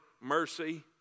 mercy